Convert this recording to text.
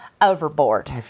overboard